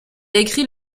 écrit